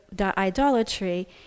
idolatry